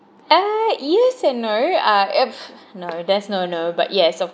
uh yes and no uh uh no there's no no but yes